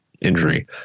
injury